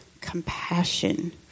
compassion